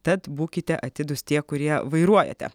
tad būkite atidūs tie kurie vairuojate